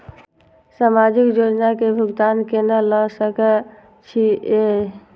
समाजिक योजना के भुगतान केना ल सके छिऐ?